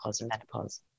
menopause